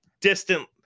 distant